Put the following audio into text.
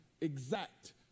exact